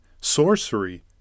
sorcery